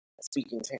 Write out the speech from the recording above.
speaking